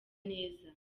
neza